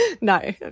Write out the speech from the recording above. no